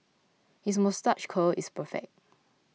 his moustache curl is perfect